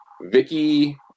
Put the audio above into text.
Vicky